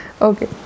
okay